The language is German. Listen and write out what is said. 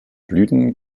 blüten